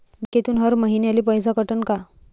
बँकेतून हर महिन्याले पैसा कटन का?